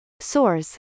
sores